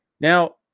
Now